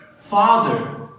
Father